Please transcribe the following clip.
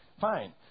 Fine